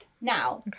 Now